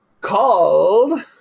called